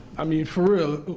i mean for real.